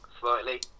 slightly